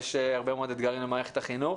יש הרבה מאוד אתגרים למערכת החינוך.